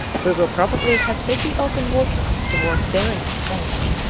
we will probably have pretty open water towards behring's straits,